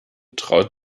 traut